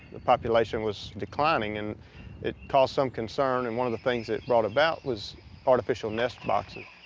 the population was declining, and it caused some concern, and one of the things it brought about was artificial nest boxes.